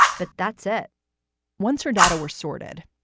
but that's it once her data were sorted,